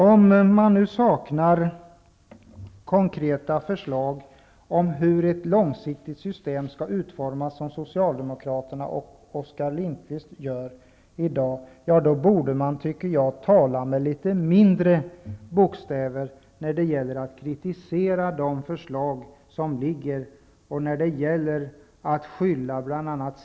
Om man saknar konkreta förslag om hur ett långsiktigt system skall utformas, såsom Socialdemokraterna och Oskar Lindkvist gör i dag, borde man tala med litet mindre bokstäver när man kritiserar de förslag som har lagts fram och skyller bl.a.